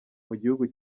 mugihugu